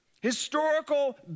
historical